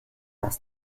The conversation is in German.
was